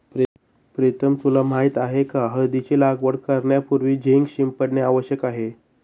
प्रीतम तुला माहित आहे का हळदीची लागवड करण्यापूर्वी झिंक शिंपडणे आवश्यक आहे